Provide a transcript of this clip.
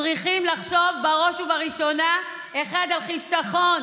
צריכים לחשוב בראש ובראשונה על חיסכון